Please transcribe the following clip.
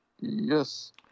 Yes